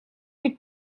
быть